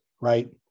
right